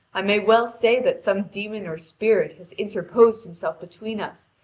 i may well say that some demon or spirit has interposed himself between us,